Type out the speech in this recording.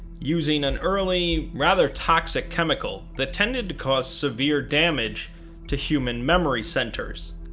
using an early, rather toxic chemical that tended to cause severe damage to human memory centers.